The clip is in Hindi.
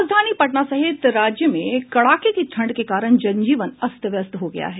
राजधानी पटना सहित राज्य में कड़ाके की ठंड के कारण जन जीवन अस्त व्यस्त हो गया है